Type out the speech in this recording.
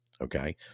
Okay